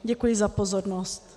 Děkuji za pozornost.